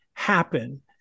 Happen